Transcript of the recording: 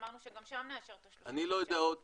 אמרנו שגם שם נאשר את ה-30 --- אני לא יודע עוד,